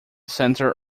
centre